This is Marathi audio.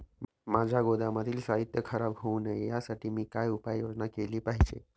माझ्या गोदामातील साहित्य खराब होऊ नये यासाठी मी काय उपाय योजना केली पाहिजे?